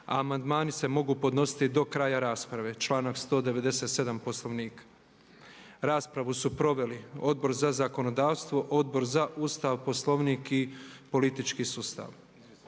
amandmani se mogu podnositi do kraja rasprave, članak 197. Poslovnika. Raspravu su proveli Odbor za zakonodavstvo, Odbor za Ustav, Poslovnik i politički sustav.